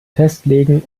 festlegen